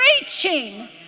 Reaching